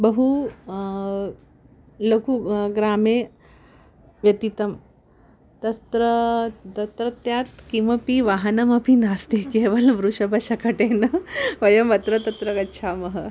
बहु लघु ग्रामे व्यतितं तत्र तत्रत्य किमपि वाहनमपि नास्ति केवलं वृषभशकटेन वयमत्र तत्र गच्छामः